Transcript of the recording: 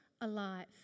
alive